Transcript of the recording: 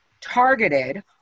targeted